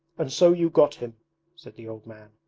and so you got him said the old man.